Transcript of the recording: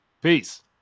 Peace